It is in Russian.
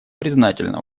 признательна